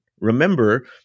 Remember